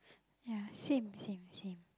ya same same same